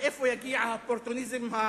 אני תוהה עד איפה יגיע האופורטוניזם הפוליטי.